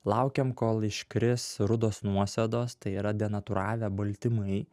laukiam kol iškris rudos nuosėdos tai yra denatūravę baltymai